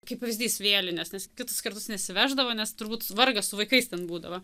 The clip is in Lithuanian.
kaip pavyzdys vėlinės nes kitus kartus nesiveždavo nes turbūt vargas su vaikais ten būdavo